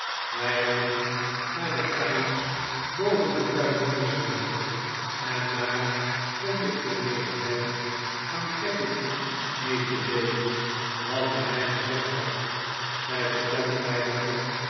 wij gingen naar de kamers boven den kruidenierswinkel en daar vond ik gelegenheid aan peggotty mee te deelen wat hij mij gezegd had zij vertelde mij daarop